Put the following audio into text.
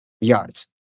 yards